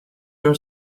your